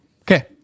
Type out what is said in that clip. Okay